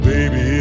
Baby